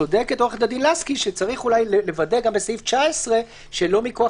צודקת עו"ד לסקי שצריך אולי לוודא גם בסעיף 19 שלא מכוח